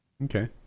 Okay